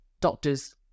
doctors